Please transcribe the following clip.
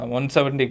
170